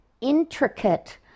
intricate